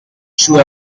shoe